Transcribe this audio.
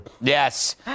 Yes